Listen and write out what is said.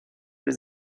les